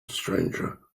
stranger